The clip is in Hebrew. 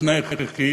כתנאי הכרחי